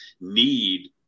need